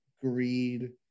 greed